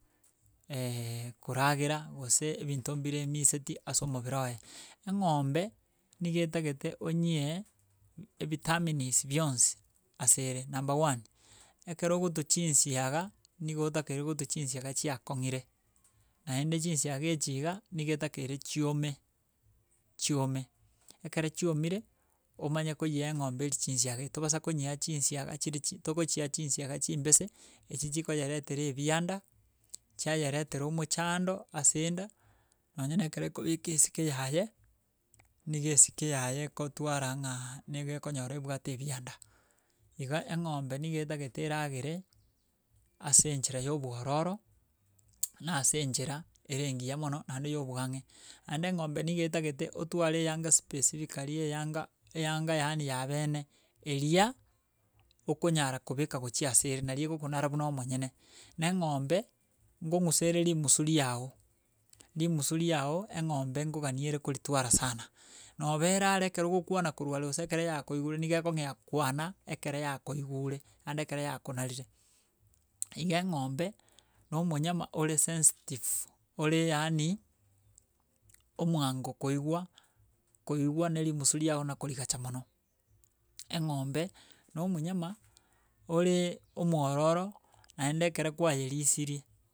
koragera, gose ebinto mbire emiseti ase omebere oye, eng'ombe, niga etagete onyie ebitaminisi bionsi ase ere, number one, ekero okotwa chinsiaga, nigo otakeire gotwa chinsiaga chiakong'ire naende chinsiaga echi iga, niga etakeire chiome chiome. Ekero chiomire, omaye koyea eng'ombe erie chinsianga echi, tobasa konyea chinsiaga chirichi tokochia chinsiaga chimbese, echi chikoyeretera ebianda, chiayeretera omochando ase enda, nonye na ekero ekobeka esike yaye, niga esike yaye ekotwara ng'aaaa nigo ekonyora ebwate ebianda. Iga eng'ombe niga etagete eragere ase enchera ya obwororo, na ase enchera ere engiya mono naende ya oboang'e, naende eng'ombe niga etagete, otware eyanga specifically eyanga eyanga yaani yaabene, eria okonyara kobeka gochia asere nari ekokonara buna omonyene. Na eng'ombe, ngong'usa ere rimusu riago, rimusu riago, eng'ombe nkoganie koritwara sana, na obera are ekero ogokwana koru are gose ekero yakoigure niga ekong'ea kwana ekero yakoigure naende ekero yakonarire. Iga eng'ombe na omonyama ore sensitive ore yaani omwango koigwa koigwa na erimisu riago nakorigacha mono. Eng'ombe na omonyama, oree omwororo, naende ekereo kwayerisiri.